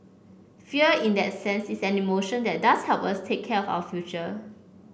fear in that sense is an emotion that does help us take care of our future